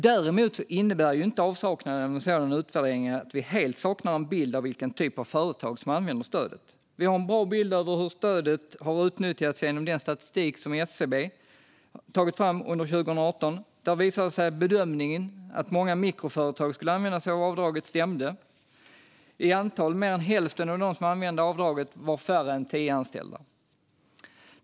Däremot innebär ju inte avsaknaden av en sådan utvärdering av vi helt saknar en bild av vilken typ av företag som använder stödet. Vi har en bra bild av hur stödet har utnyttjats genom den statistik som SCB tagit fram under 2018. Där visar det sig att bedömningen att många mikroföretag skulle använda sig av avdraget stämde. I mer än hälften av de företag som använde avdraget var det färre än tio anställda.